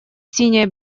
синяя